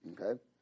Okay